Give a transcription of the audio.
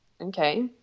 okay